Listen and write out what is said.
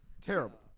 Terrible